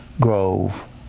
Grove